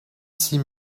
six